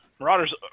Marauders